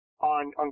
on